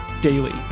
daily